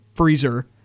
freezer